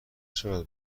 خیلی